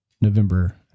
November